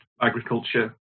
agriculture